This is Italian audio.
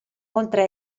oltre